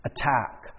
Attack